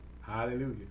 Hallelujah